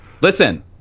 Listen